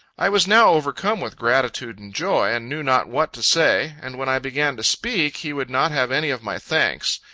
i was now overcome with gratitude and joy, and knew not what to say and when i began to speak, he would not have any of my thanks.